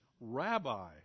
rabbi